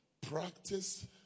Practice